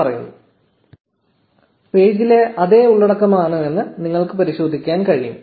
1535 പേജിലെ അതേ ഉള്ളടക്കമാണോയെന്ന് നിങ്ങൾക്ക് പരിശോധിക്കാൻ കഴിയും